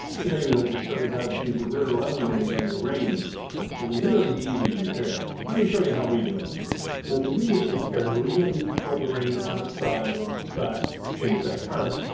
today we'd like to show you how to change the rear leveling leg on your range. it's a really easy repair, let me show you how we do it. now to do this repair, we will need to tilt the range on its side or on its back to change that part.